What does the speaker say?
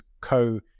co